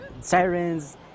sirens